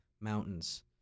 mountains